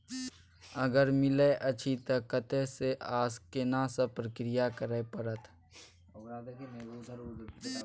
अगर मिलय अछि त कत्ते स आ केना सब प्रक्रिया करय परत?